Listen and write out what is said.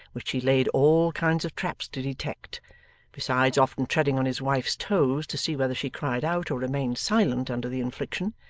which he laid all kinds of traps to detect besides often treading on his wife's toes to see whether she cried out or remained silent under the infliction,